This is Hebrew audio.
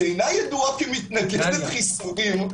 שאינה ידועה כמתנגדת לחיסונים.